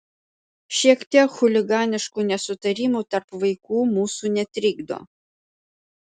šiek tiek chuliganiškų nesutarimų tarp vaikų mūsų netrikdo